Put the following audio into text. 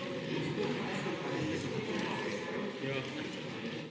Hvala